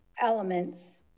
elements